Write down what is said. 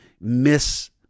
miss